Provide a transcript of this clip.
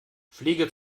fliege